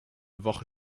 woche